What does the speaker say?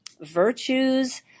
virtues